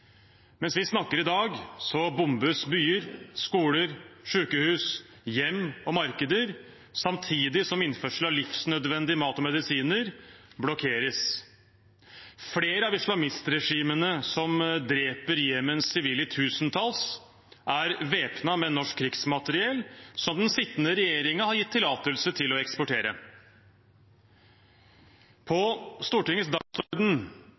Mens vi snakker i dag, bombes byer, skoler, sykehus, hjem og markeder, samtidig som innførsel av livsnødvendig mat og medisiner blokkeres. Flere av islamistregimene som dreper Jemens sivile i tusentall, er væpnet med norsk krigsmateriell som den sittende regjeringen har gitt tillatelse til å eksportere. På Stortingets dagsorden